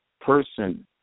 person